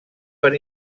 per